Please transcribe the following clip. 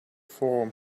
form